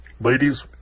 Ladies